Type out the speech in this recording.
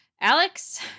Alex